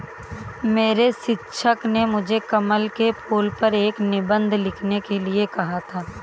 मेरे शिक्षक ने मुझे कमल के फूल पर एक निबंध लिखने के लिए कहा था